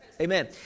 Amen